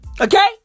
Okay